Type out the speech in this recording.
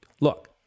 look